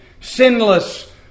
sinless